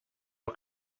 how